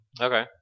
Okay